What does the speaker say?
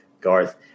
Garth